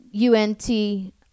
UNT